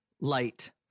Light